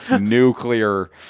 nuclear